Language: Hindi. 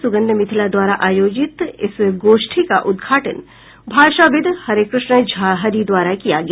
सुगंध मिथिला द्वारा आयोजित इस गोष्ठी का उद्घाटन भाषाविद् हरेकृष्ण झा हरि द्वारा किया गया